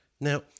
Now